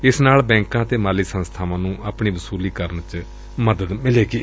ਇਸ ਨਾਲ ਬੈਂਕਾਂ ਅਤੇ ਮਾਲੀ ਸੰਸਬਾਵਾਂ ਨੂੰ ਆਪਣੀ ਵਸੁਲੀ ਕਰਨ ਚ ਮਦਦ ਮਿਲੇਗੀ